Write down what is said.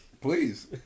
Please